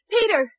Peter